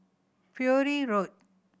Bury Road